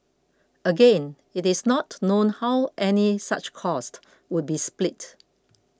again it is not known how any such cost would be split